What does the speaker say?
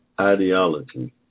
ideology